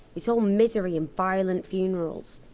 it's all misery and violent funerals.